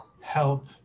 help